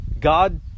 God